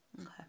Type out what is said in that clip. Okay